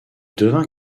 devint